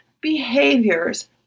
behaviors